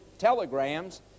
telegrams